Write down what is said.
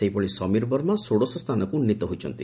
ସେହିଭଳି ସମୀର ବର୍ମା ଷୋଡ଼ଶ ସ୍ଥାନକୁ ଉନ୍ନୀତ ହୋଇଛନ୍ତି